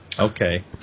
Okay